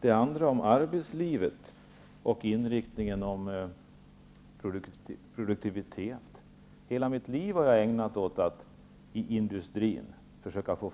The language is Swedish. Beträffande arbetslivet och produktiviteten vill jag säga att jag under hela mitt liv har ägnat mig åt att försöka få fart i industrin genom